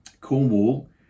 Cornwall